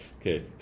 Okay